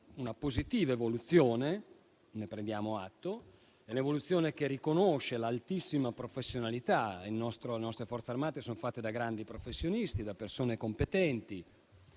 una positiva evoluzione. Ne prendiamo atto: è un'evoluzione che riconosce l'altissima professionalità delle nostre Forze armate, che sono fatte da grandi professionisti e da persone competenti,